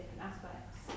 aspects